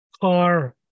car